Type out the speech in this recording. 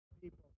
people